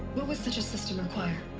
what would such a system require?